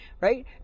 right